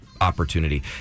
opportunity